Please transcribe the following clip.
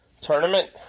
tournament